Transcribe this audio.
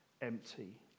empty